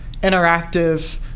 interactive